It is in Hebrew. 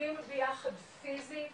יושבים ביחד פיזית